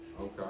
Okay